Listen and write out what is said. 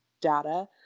data